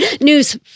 news